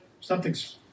something's